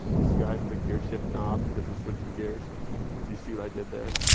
you see how i put a gear shift knob because we're switching gears? do you see what i did there?